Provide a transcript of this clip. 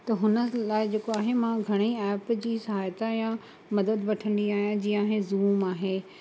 त हुन लाइ जेको आहे मां घणेई एप जी सहायता यां मदद वठंदी आहियां जीअं ई ज़ूम आहे